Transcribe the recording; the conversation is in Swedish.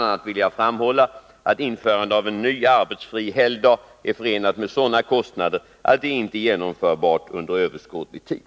a. vill jag framhålla att införandet av en ny arbetsfri helgdag är förenat med sådana kostnader att det inte är genomförbart under överskådlig tid.